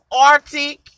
Arctic